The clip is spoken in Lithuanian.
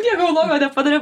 nieko blogo nepadariau